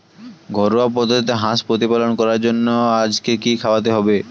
ঘরোয়া পদ্ধতিতে হাঁস প্রতিপালন করার জন্য আজকে কি খাওয়াতে হবে?